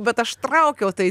bet aš traukiau tai